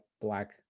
black